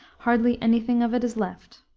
hardly any thing of it is left.